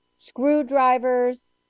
screwdrivers